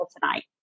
tonight